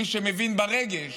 מי שמבין ברגש